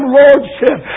lordship